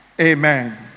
Amen